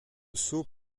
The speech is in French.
saut